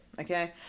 Okay